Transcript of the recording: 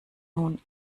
nun